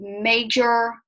major